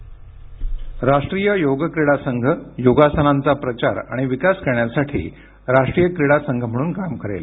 ध्वनी राष्ट्रीय योग क्रीडा संघ योगासनांचा प्रचार आणि विकास करण्यासाठी राष्ट्रीय क्रीडा संघ म्हणून काम करेल